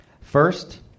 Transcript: first